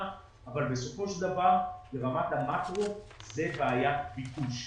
אבל בסופו של דבר ברמת המקרו זו בעיית ביקוש.